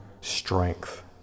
strength